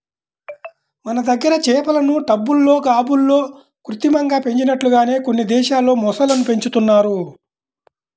మన దగ్గర చేపలను టబ్బుల్లో, గాబుల్లో కృత్రిమంగా పెంచినట్లుగానే కొన్ని దేశాల్లో మొసళ్ళను పెంచుతున్నారు